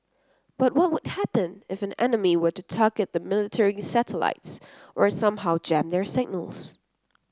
but what would happen if an enemy were to target the military's satellites or somehow jam their signals